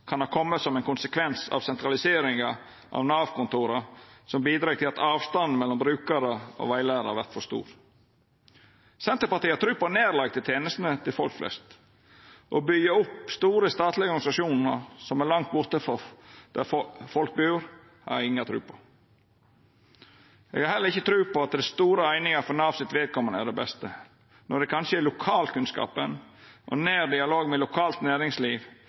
kan ha kome som ein konsekvens av sentraliseringa av Nav-kontora, som bidreg til at avstanden mellom brukarar og rettleiarar vert for stor. Senterpartiet har tru på nærleik til tenestene for folk flest. Å byggja opp store statlege organisasjonar som er langt borte frå der folk bur, har eg inga tru på. Eg har heller ikkje tru på at store einingar er det beste for Nav , når det kanskje er lokalkunnskapen og nær dialog med lokalt næringsliv